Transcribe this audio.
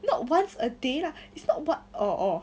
not once a day lah it's not what orh orh